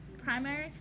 primary